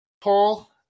Paul